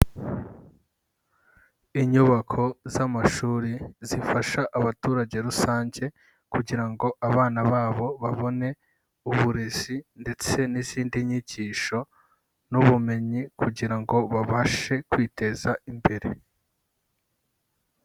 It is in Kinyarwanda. Inyubako z'amashuri zifasha abaturage rusange kugira ngo abana babo babone uburezi ndetse n'izindi nyigisho n'ubumenyi kugira ngo babashe kwiteza imbere.